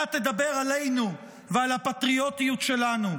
אתה תדבר עלינו ועל הפטריוטיות שלנו.